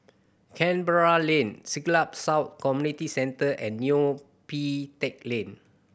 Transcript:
Canberra Lane Siglap South Community Centre and Neo Pee Teck Lane